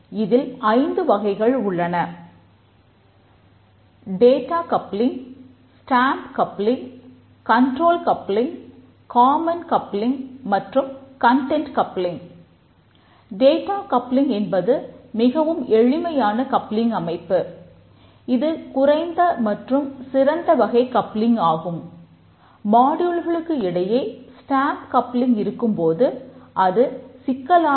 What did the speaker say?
இதில் ஐந்து வகைகள் உள்ளன